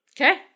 Okay